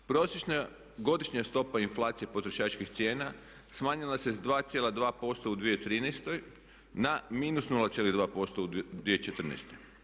Prosječna godišnja stopa inflacije potrošačkih cijena smanjila se s 2,2% u 2013. na -0.2% u 2014.